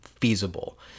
feasible